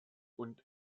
und